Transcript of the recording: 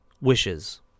Wishes